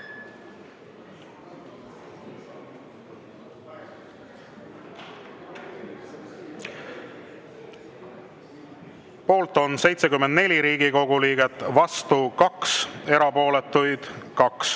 Poolt on 74 Riigikogu liiget, vastu 2, erapooletuid 2.